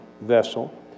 vessel